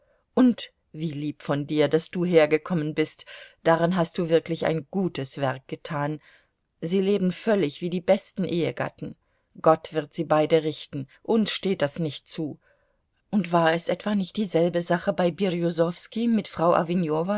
und wie lieb von dir daß du hergekommen bist daran hast du wirklich ein gutes werk getan sie leben völlig wie die besten ehegatten gott wird sie beide richten uns steht das nicht zu und war es etwa nicht dieselbe sache bei birjusowski mit frau